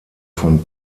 von